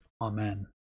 Amen